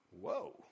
Whoa